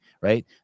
right